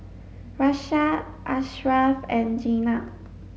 Raisya Ashraf and Jenab